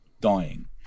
dying